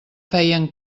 feien